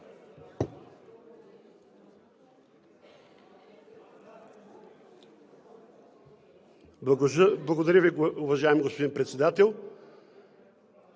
Благодаря, уважаеми господин Председател.